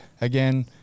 again